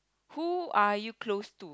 who are you close to